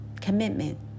commitment